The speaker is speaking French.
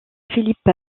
philippe